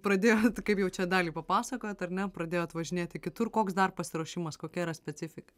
pradėjot kaip jau čia dalį papasakojot ar ne pradėjot važinėti kitur koks dar pasiruošimas kokia yra specifika